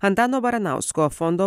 antano baranausko fondo